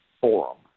Forum